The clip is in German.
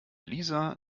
lisa